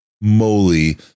moly